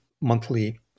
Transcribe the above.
monthly